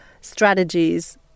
strategies